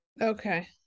Okay